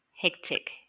Hectic